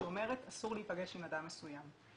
שאומרת שאסור להיפגש עם אדם מסוים.